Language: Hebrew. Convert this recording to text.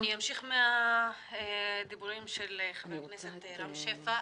אני אמשיך מהדברים של ח"כ רם שפע.